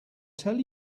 tell